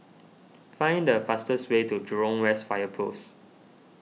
find the fastest way to Jurong West Fire Post